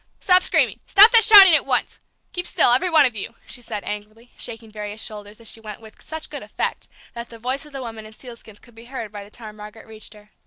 stop screaming stop that shouting at once keep still, every one of you! she said angrily, shaking various shoulders as she went with such good effect that the voice of the woman in sealskins could be heard by the time margaret reached her.